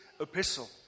epistle